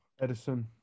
Edison